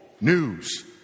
news